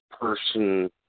person